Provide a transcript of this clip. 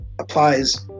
applies